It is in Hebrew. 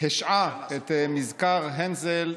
השעה את "מזכר הנסל",